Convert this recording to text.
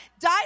died